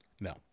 no